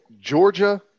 Georgia